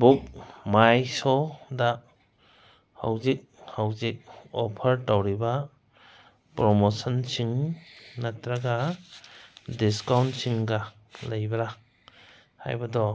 book ꯃꯥꯏ ꯁꯣꯗ ꯍꯧꯖꯤꯛ ꯍꯧꯖꯤꯛ ꯑꯣꯐꯔ ꯇꯧꯔꯤꯕ ꯄ꯭ꯔꯣꯃꯣꯁꯟꯁꯤꯡ ꯅꯠꯇ꯭ꯔꯒ ꯗꯤꯁꯀꯥꯎꯟꯁꯤꯡꯒ ꯂꯩꯕꯔꯥ ꯍꯥꯏꯕꯗꯣ